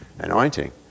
anointing